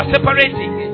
Separating